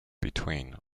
between